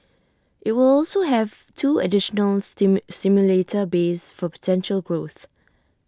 IT will also have two additional simulator bays for potential growth